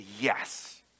yes